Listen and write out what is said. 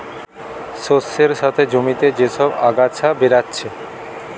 শস্যের সাথে জমিতে যে সব আগাছা বেরাচ্ছে